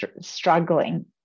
struggling